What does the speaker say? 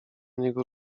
niego